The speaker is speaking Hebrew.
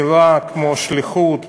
מילה כמו שליחות,